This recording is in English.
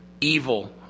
evil